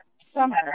summer